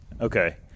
Okay